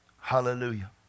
Hallelujah